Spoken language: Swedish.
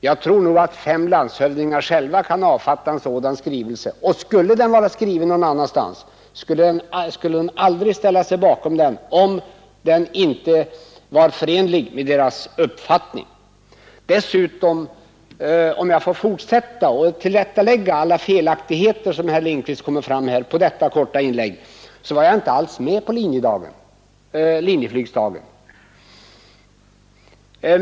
Jag tror dock att fem landshövdingar själva kan avfatta en sådan skrivelse, och skulle den vara skriven någon annanstans skulle de inte ställt sig bakom den om den inte vore förenlig med deras uppfattning. Om jag får fortsätta att tillrättalägga de felaktigheter som herr Lindkvist kom med under detta korta inlägg, vill jag säga att jag inte alls var med på Linjeflygsdagen.